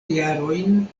jarojn